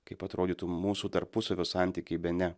kaip atrodytų mūsų tarpusavio santykiai be ne